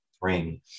bring